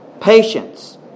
patience